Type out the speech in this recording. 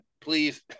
please